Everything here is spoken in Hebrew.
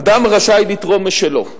אדם רשאי לתרום משלו,